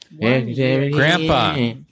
grandpa